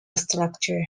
structure